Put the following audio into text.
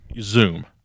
Zoom